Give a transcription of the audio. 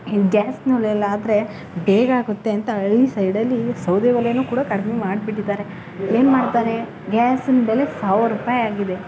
ಈ ಗ್ಯಾಸನ್ನ ಒಲೆಯಲ್ಲಾದ್ರೆ ಬೇಗ ಆಗುತ್ತೆ ಅಂತ ಹಳ್ಳಿ ಸೈಡ್ ಅಲ್ಲಿ ಸೌದೆ ಒಲೇನು ಕೂಡ ಕಡಿಮೆ ಮಾಡ್ಬಿಟ್ಟಿದ್ದಾರೆ ಏನು ಮಾಡ್ತಾರೆ ಗ್ಯಾಸಿನ ಬೆಲೆ ಸಾವ್ರ ರೂಪಾಯಿ ಆಗಿದೆ